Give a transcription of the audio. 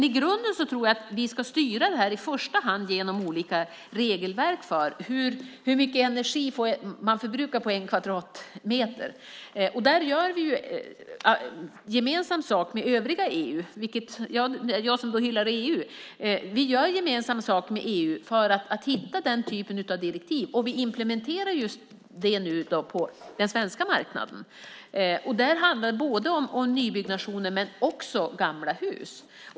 I grunden tror jag att vi i första hand ska styra detta genom olika regelverk för hur mycket energi man får förbruka på en kvadratmeter. Där gör vi gemensam sak med övriga EU. Jag hyllar ju EU, och här gör vi alltså gemensam sak med EU för att hitta den typen av direktiv. Nu implementerar vi det på den svenska marknaden. Det handlar om både nybyggnationer och gamla hus.